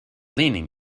leaning